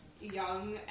young